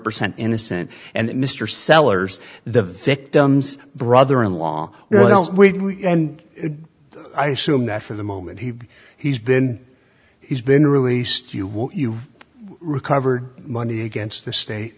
percent innocent and mr sellers the victim's brother in law and i assume that for the moment he he's been he's been released you won't you recovered money against the state